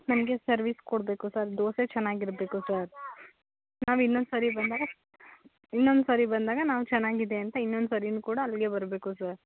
ನಮಗೆ ಸರ್ವಿಸ್ ಕೊಡಬೇಕು ಸರ್ ದೋಸೆ ಚೆನ್ನಾಗಿರ್ಬೇಕು ಸರ್ ನಾವು ಇನ್ನೊಂದು ಸಾರಿ ಬಂದಾಗ ಇನ್ನೊಂದು ಸಾರಿ ಬಂದಾಗ ನಾವು ಚೆನ್ನಾಗಿದೆ ಅಂತ ಇನ್ನೊಂದು ಸಾರಿನೂ ಕೂಡ ಅಲ್ಲಿಗೇ ಬರಬೇಕು ಸರ್